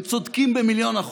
והם צודקים במיליון אחוז.